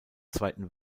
zweiten